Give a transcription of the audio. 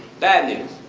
bad news